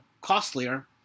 costlier